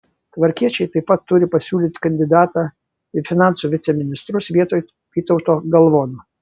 tvarkiečiai taip pat turi pasiūlyti kandidatą į finansų viceministrus vietoj vytauto galvono